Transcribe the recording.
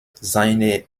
seine